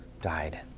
died